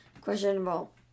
questionable